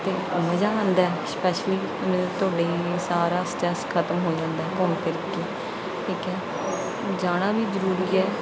ਅਤੇ ਮਜ਼ਾ ਆਉਂਦਾ ਸ਼ਪੈਸਲੀ ਮਤਲਵ ਤੁਹਾਡੀ ਸਾਰਾ ਸਟਰੈਸ ਖਤਮ ਹੋ ਜਾਂਦਾ ਹੈ ਘੁੰਮ ਫਿਰ ਕੇ ਠੀਕ ਹੈ ਜਾਣਾ ਵੀ ਜ਼ਰੂਰੀ ਹੈ